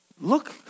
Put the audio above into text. look